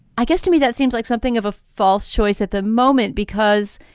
i guess to me that seems like something of a false choice at the moment because